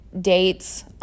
dates